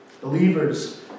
Believers